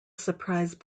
surprise